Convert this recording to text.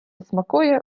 смакує